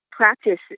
practice